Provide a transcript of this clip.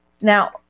Now